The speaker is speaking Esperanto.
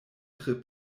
tre